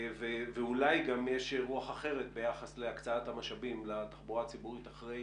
ואולי גם יש רוח אחרת ביחס להקצאת המשאבים לתחבורה הציבורית אחרי